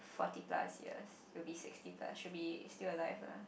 forty plus years would be sixty plus should be still alive lah